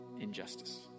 injustice